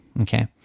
okay